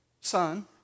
son